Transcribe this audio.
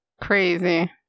Crazy